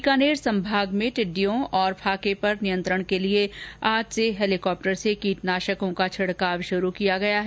बीकानेर संभाग में टिड्डियों और फाके पर नियंत्रण के लिए आज से हैलिकॉप्टर से कीटनाशकों का छिड़काव शुरु किया गया है